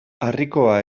harrikoa